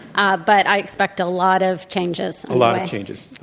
ah but i expect a lot of changes. a lot of changes.